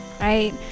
Right